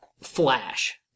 Flash